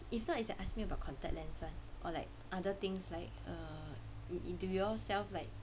if not it's like asking me about contact lens [one] or like other things like um do y'all sell like